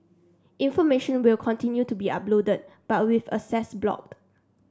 information will continue to be uploaded but with access blocked